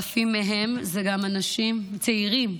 אלפים מהם גם אנשים צעירים,